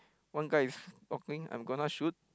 one guy is talking I'm gonna shoot